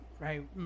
right